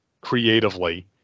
creatively